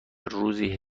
روزی